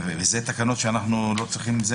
אלה תקנות שאנחנו לא מאשרים.